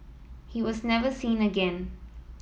he was never seen again